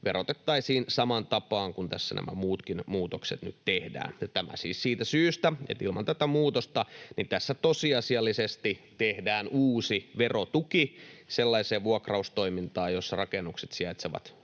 verotettaisiin samaan tapaan kuin tässä nämä muutkin muutokset nyt tehdään. Tämä siis siitä syystä, että ilman tätä muutosta tässä tosiasiallisesti tehdään uusi verotuki sellaiseen vuokraustoimintaan, jossa rakennukset sijaitsevat